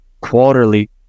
quarterly